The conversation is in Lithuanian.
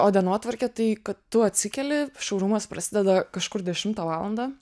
o dienotvarkė tai kad tu atsikeli šourumas prasideda kažkur dešimtą valandą